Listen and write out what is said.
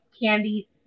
candy